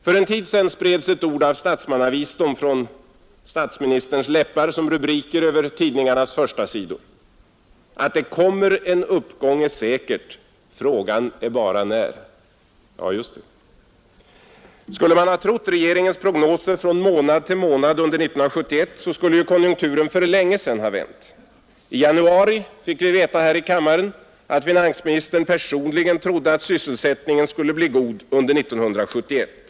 För en tid sedan spreds ett ord av statsmannavisdom från statsministerns läppar som rubriker över tidningarnas förstasidor: ”Att det kommer en uppgång är säkert. Frågan är bara när.” Ja, just det! Skulle man ha trott regeringens prognoser från månad till månad under 1971, så skulle ju konjunkturen för länge sedan ha vänt. I januari fick vi veta här i kammaren att finansministern personligen trodde att sysselsättningen skulle bli god under 1971.